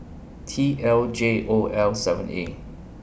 T L J O L seven A